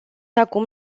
acum